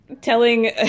telling